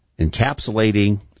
encapsulating